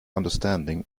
understanding